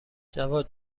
جواد